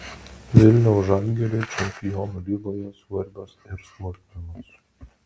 vilniaus žalgiriui čempionų lygoje svarbios ir smulkmenos